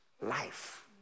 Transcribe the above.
life